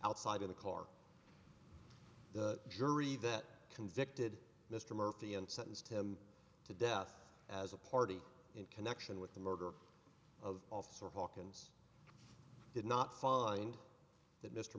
outside in the car the jury that convicted mr murphy and sentenced him to death as a party in connection with the murder of officer hawkins did not find that mr